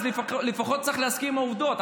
לפחות צריך להסכים על העובדות.